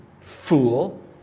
Fool